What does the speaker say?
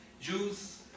Jews